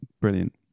Brilliant